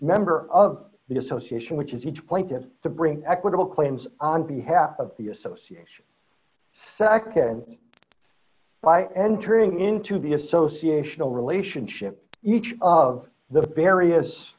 member of the association which is each point of to bring equitable claims on behalf of the association nd by entering into the association relationship each of the various